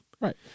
Right